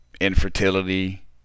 infertility